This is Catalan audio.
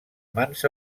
mans